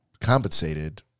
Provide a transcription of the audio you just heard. compensated